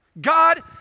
God